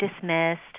dismissed